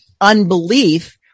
unbelief